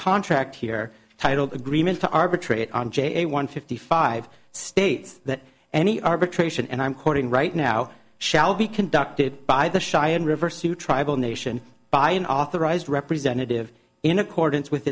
contract here titled agreed to arbitrate on j one fifty five states that any arbitration and i'm quoting right now shall be conducted by the cheyenne river suit tribal nation by an authorized representative in accordance with